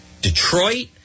Detroit